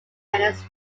tennis